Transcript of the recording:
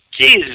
Jesus